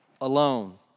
alone